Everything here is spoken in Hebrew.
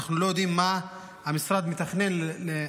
ואנחנו לא יודעים מה המשרד מתכנן לעשות.